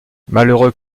malheureux